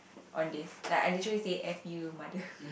on this then I literally say F U mother